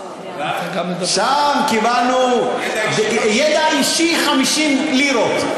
שם קיבלנו על ידע אישי 50 לירות.